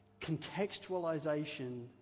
Contextualization